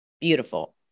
Beautiful